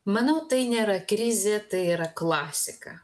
manau tai nėra krizė tai yra klasika